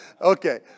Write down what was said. Okay